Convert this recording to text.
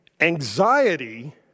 anxiety